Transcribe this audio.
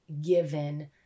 given